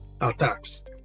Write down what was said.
attacks